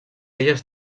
elles